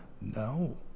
No